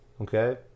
Okay